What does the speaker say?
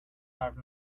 are